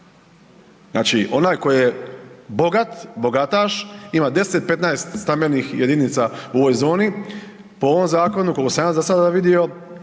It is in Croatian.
Znači onaj koji je bogat, bogataš ima deset, petnaest stambenih jedinica u ovoj zoni, po ovom zakonu koliko sam ja za sada vidio